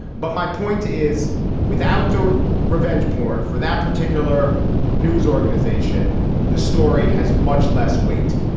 but my point is without the revenge porn for that particular news organization this story has much less weight.